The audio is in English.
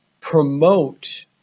promote